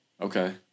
Okay